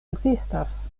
ekzistas